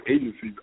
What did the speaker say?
agencies